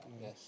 Yes